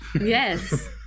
Yes